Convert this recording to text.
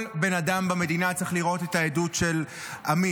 כל בן אדם במדינה צריך לראות את העדות של עמית.